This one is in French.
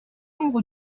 nombre